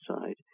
side